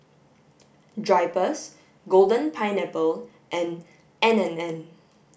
drypers golden pineapple and N and N